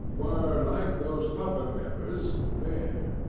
were, like those upper members, bare.